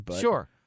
Sure